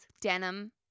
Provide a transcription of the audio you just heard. denim